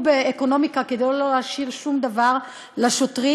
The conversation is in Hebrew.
באקונומיקה כדי לא להשאיר שום דבר לשוטרים,